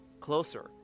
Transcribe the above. Closer